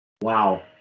wow